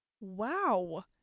Wow